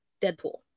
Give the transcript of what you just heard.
Deadpool